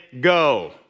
go